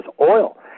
oil